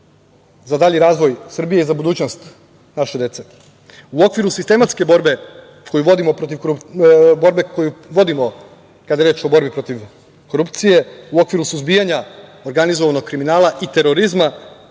za dalji razvoj Srbije i za budućnost naše dece.U okviru sistematske borbe koju vodimo kada je reč o borbi protiv korupcije, u okviru suzbijanja organizovanog kriminala i terorizma,